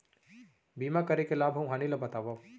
बीमा करे के लाभ अऊ हानि ला बतावव